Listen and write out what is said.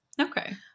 Okay